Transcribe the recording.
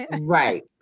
Right